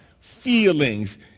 feelings